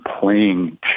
playing